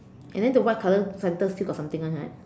and then the white color center still got something one right